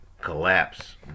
collapse